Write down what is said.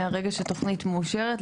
ברגע שתוכנית מאושרת,